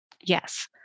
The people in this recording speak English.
Yes